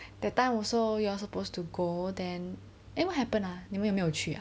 that time also you all supposed to go then then what happen ah 你们有没有去